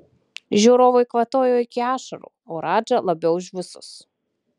žiūrovai kvatojo iki ašarų o radža labiau už visus